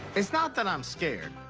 it's not that i'm scared.